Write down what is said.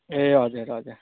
ए हजुर हजुर